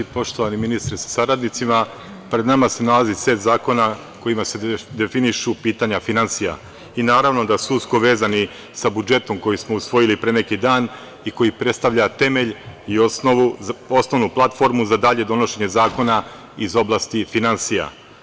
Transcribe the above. Poštovani ministre sa saradnicima, pred nama se nalazi set zakona kojima se definišu pitanja finansija i naravno da su usko vezani sa budžetom koji smo usvojili pre neki dan i koji predstavlja temelj i osnovnu platformu za dalje donošenje zakona iz oblasti finansija.